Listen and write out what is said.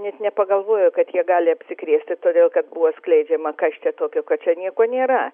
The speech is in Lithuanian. net nepagalvojo kad jie gali apsikrėsti todėl kad buvo skleidžiama kas čia tokio kad čia nieko nėra